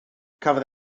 cafodd